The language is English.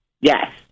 Yes